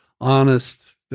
honest